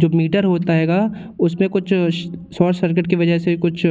जो मीटर होता हेगा उसमें कुछ शॉट सर्किट के वजह से कुछ